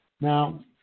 Now